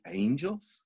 angels